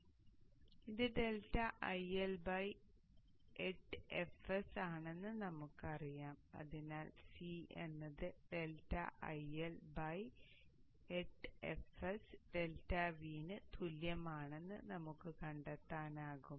ഇപ്പോൾ ഇത് ∆IL 8fs ആണെന്ന് നമുക്കറിയാം അതിനാൽ C എന്നത് ∆IL 8fs ∆V ന് തുല്യമാണെന്ന് നമുക്ക് കണ്ടെത്താനാകും